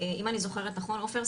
אם אני זוכרת נכון עופר,